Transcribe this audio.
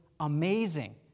Amazing